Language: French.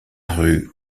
rue